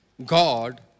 God